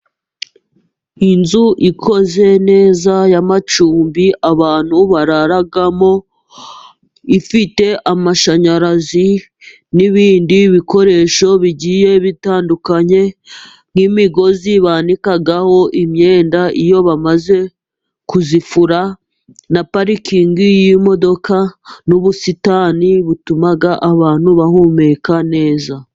Inzu ikoze neza y'amacumbi abantu bararagamo. Ifite amashanyarazi n'ibindi bikoresho bigiye bitandukanye nk'imigozi banikaho imyenda, iyo bamaze kuyifura na parikingi y'imodoka n'ubusitani butuma abantu bahumeka neza.